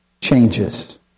changes